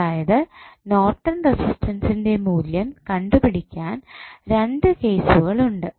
അതായത് നോർട്ടൺ റസിസ്റ്റൻസ്ൻ്റെ മൂല്യം കണ്ടുപിടിക്കാൻ രണ്ട് കേസുകൾ ഉണ്ട്